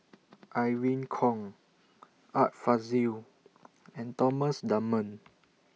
Irene Khong Art Fazil and Thomas Dunman